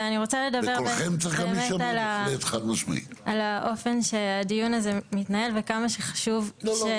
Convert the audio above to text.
ואני רוצה לדבר על האופן שהדיון הזה מתנהל וכמה שחשוב --- לא,